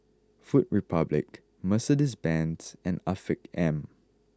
Food Republic Mercedes Benz and Afiq M